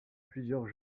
plusieurs